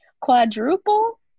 quadruple